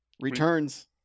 returns